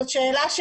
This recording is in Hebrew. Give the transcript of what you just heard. זאת שאלה,